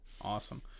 Awesome